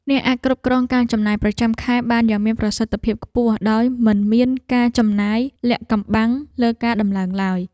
អ្នកអាចគ្រប់គ្រងការចំណាយប្រចាំខែបានយ៉ាងមានប្រសិទ្ធភាពខ្ពស់ដោយមិនមានការចំណាយលាក់កំបាំងលើការដំឡើងឡើយ។